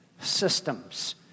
systems